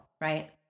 right